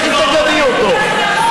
לכי תגני אותו.